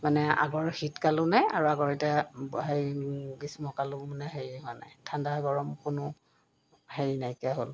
মানে আগৰ শীতকালো নাই আৰু আগৰ এতিয়া হেৰি গ্ৰীষ্মকালো মানে হেৰি হোৱা নাই ঠাণ্ডা গৰম কোনো হেৰি নাইকিয়া হ'ল